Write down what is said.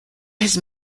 his